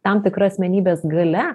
tam tikra asmenybės galia